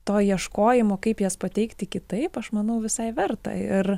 to ieškojimo kaip jas pateikti kitaip aš manau visai verta ir